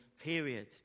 period